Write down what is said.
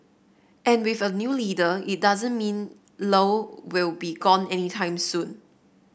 and with a new leader it doesn't mean Low will be gone anytime soon